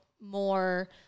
more